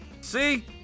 See